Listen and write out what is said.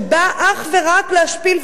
שבאה אך ורק להשפיל,